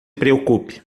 preocupe